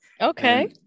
Okay